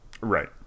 Right